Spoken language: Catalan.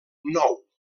nou